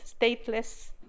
stateless